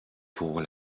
pour